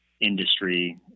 industry